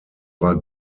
war